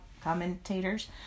commentators